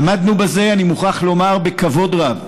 עמדנו בזה, אני מוכרח לומר, בכבוד רב,